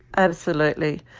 absolutely.